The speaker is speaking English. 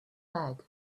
bag